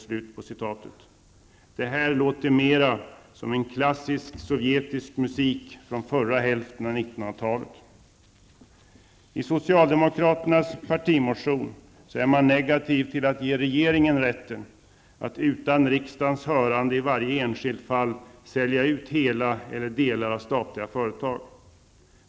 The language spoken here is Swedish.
Detta låter mer som klassisk sovjetisk musik från förra hälften av 1900 I socialdemokraternas partimotion är man negativ till att ge regeringen rätten att utan riksdagens hörande i varje enskilt fall sälja ut hela eller delar av statliga företag.